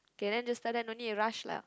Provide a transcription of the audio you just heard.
K then just tell them don't need to rush lah